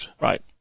right